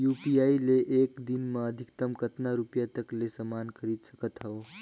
UPI ले एक दिन म अधिकतम कतका रुपिया तक ले समान खरीद सकत हवं?